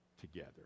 together